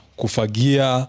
kufagia